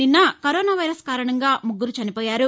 నిన్న corona virus కారణంగా ముగురుచనిపోయారు